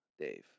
Dave